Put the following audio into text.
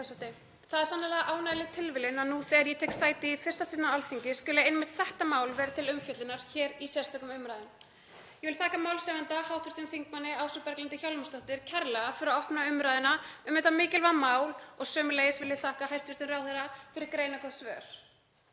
Það er sannarlega ánægjuleg tilviljun að nú þegar ég tek sæti í fyrsta sinn á Alþingi skuli einmitt þetta mál verða til umfjöllunar hér í sérstökum umræðum. Ég vil þakka málshefjanda, hv. þm. Ásu Berglindi Hjálmarsdóttur, kærlega fyrir að opna umræðuna um þetta mikilvæga mál og sömuleiðis vil ég þakka hæstv. ráðherra fyrir greinargóð svör.